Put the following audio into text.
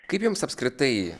kaip jums apskritai